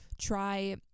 try